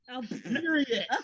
Period